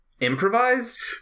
improvised